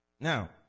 Now